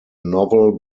novel